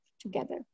together